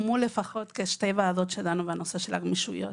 הוקמו לפחות כשתי ועדות שלנו בנושא של הגמישויות.